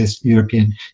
European